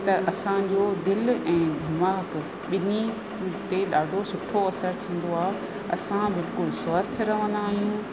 त असांजो दिलि ऐं दिमाग़ ॿिनी उते ॾाढो सुठो असर थींदो आ्हे असां बिल्कुलु स्वस्थ रहंदा आहियूं